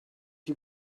you